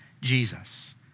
Jesus